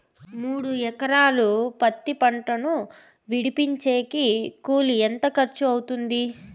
మూడు ఎకరాలు పత్తి పంటను విడిపించేకి కూలి ఎంత ఖర్చు అవుతుంది?